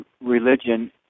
religion